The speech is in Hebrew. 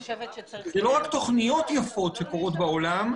זה לא רק תוכניות יפות שקורות בעולם,